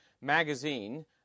magazine